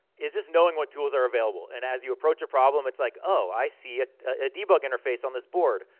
is just knowing what tools are available. and as you approach a problem it's like, oh, i see ah a debug interface on this board.